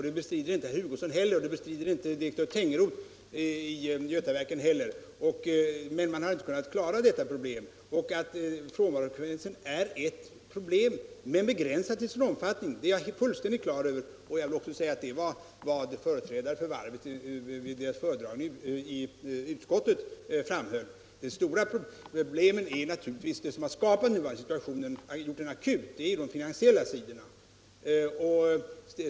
Det bestrider inte herr Hugosson heller, och det bestrider inte direktör Tengroth i Götaverken, men man har inte kunnat klara detta problem. Och att frånvarofrekvensen är ett problem, men begränsat till sin omfattning, det är jag fullständigt klar över. Jag vill också säga, vilket företrädare för varvet framhöll vid föredragning i utskottet, att det som skapat den nuvarande situationen och gjort den akut naturligtvis är den finansiella sidan.